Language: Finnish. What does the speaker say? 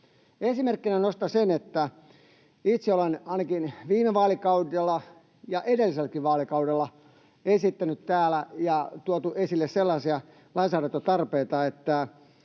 Esimerkkinä nostan sen, että viime vaalikaudella ja edelliselläkin vaalikaudella ainakin itse olen esittänyt täällä ja on tuotu esille sellaisia lainsäädäntötarpeita, että